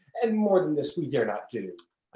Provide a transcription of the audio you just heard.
and more than this we dare not do.